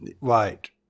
Right